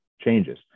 changes